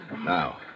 Now